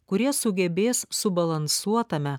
kurie sugebės subalansuotame